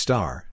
Star